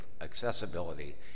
accessibility